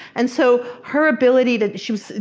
and so her ability, that she was,